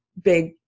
big